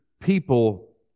people